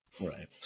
Right